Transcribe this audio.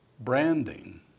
branding